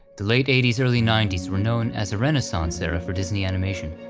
the late eighty s, early ninety s, were known as a renaissance era for disney animation,